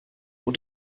und